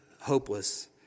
hopeless